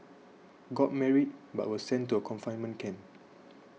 got married but was sent to a confinement camp